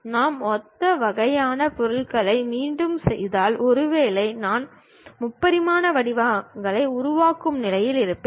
நான் ஒத்த வகையான பொருட்களை மீண்டும் செய்தால் ஒருவேளை நான் முப்பரிமாண வடிவங்களை உருவாக்கும் நிலையில் இருப்பேன்